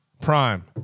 Prime